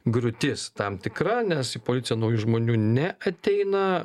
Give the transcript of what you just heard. griūtis tam tikra nes į policiją naujų žmonių neateina